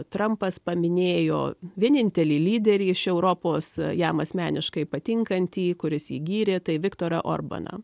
trampas paminėjo vienintelį lyderį iš europos jam asmeniškai patinkantį kuris jį gyrė tai viktorą orbaną